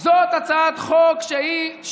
זאת הצעת חוק שהיא,